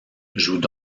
jouent